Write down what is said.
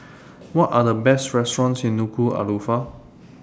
What Are The Best restaurants in Nuku'Alofa